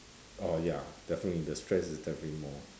oh ya definitely the stress is definitely more